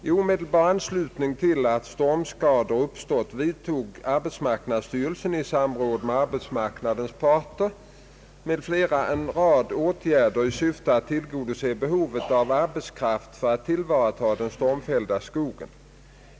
I omedelbar anslutning till att stormskadorna uppstått vidtog arbetsmarknadsstyrelsen i samråd med arbetsmarknadens parter m.fl. en rad åtgärder i syfte att tillgodose behovet av arbetskraft för att tillvarata den stormfällda skogen.